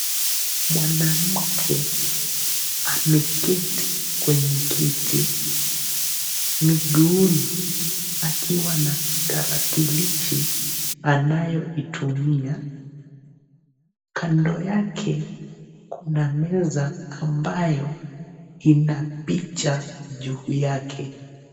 Mwanamke ameketi kwenye kiti, miguuni akiwa na tarakilishi anayoitumia. Kando yake kuna meza ambayo ina picha juu yake.